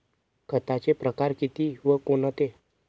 खताचे प्रकार किती व कोणते?